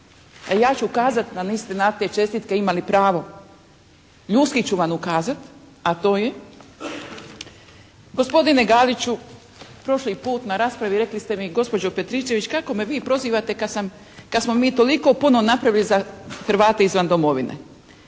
ja ću kazati da niste na te čestitke imali pravo, ljudski ću vam ukazati. A to je gospodine Galiću, prošli put na raspravi rekli ste mi gospođo Petričević kako me vi prozivate kad smo mi toliko puno napravili za Hrvate izvan domovine.